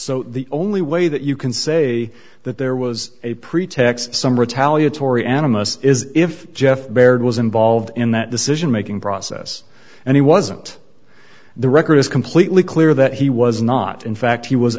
so the only way that you can say that there was a pretext some retaliatory animists is if jeff baird was involved in that decisionmaking process and he wasn't the record is completely clear that he was not in fact he was